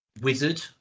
wizard